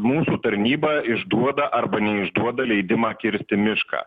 mūsų tarnyba išduoda arba neišduoda leidimą kirsti mišką